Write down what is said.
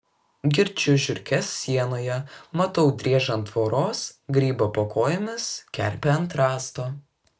girdžiu žiurkes sienoje matau driežą ant tvoros grybą po kojomis kerpę ant rąsto